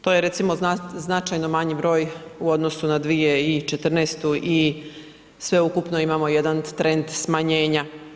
To je recimo značajno manji broj u odnosu na 2014. i sveukupno imamo jedan trend smanjenja.